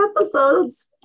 episodes